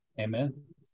Amen